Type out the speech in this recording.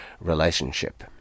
relationship